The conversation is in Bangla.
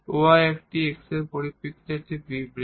y হল x এর পরিপ্রেক্ষিতে একটি বিবৃতি